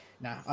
no